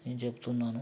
నేను చెప్తున్నాను